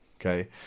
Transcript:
Okay